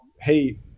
hey